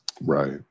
Right